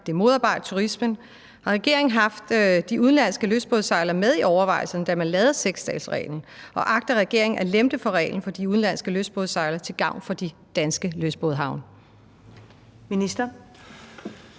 Det modarbejder turismen. Har regeringen haft de udenlandske lystbådesejlere med i overvejelsen, da man lavede 6-dagesreglen, og agter regeringen at lempe på reglen for de udenlandske lystbådesejlere til gavn for de danske lystbådehavne?